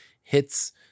hits